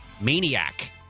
Maniac